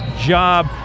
job